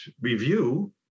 review